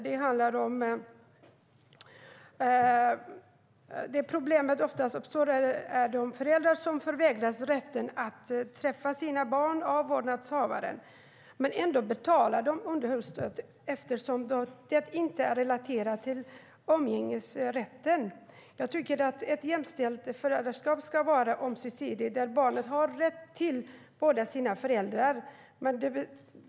Det är det problem som uppstår när föräldrar förvägras rätten att träffa sina barn av vårdnadshavaren. Ändå betalar de underhållsstöd, eftersom det inte är relaterat till umgängesrätten. Ett jämställt föräldraskap ska vara ömsesidigt. Barnet har rätt till båda sina föräldrar.